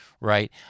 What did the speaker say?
right